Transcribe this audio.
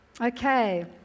Okay